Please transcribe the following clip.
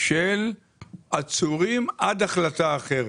של "עצורים עד להחלטה אחרת",